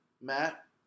Matt